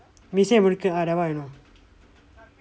மீசை murukku murukku ya that one I know